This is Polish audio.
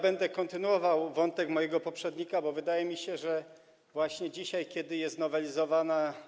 Będę kontynuował wątek omawiany przez mojego poprzednika, bo wydaje mi się, że właśnie dzisiaj, kiedy jest nowelizowana